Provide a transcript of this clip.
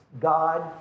God